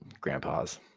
grandpa's